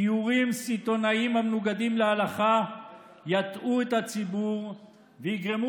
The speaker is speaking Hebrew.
גיורים סיטונאיים המנוגדים להלכה יטעו את הציבור ויגרמו